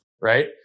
right